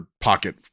pocket